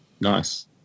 Nice